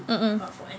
mm